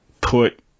put